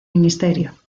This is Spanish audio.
ministerio